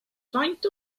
faint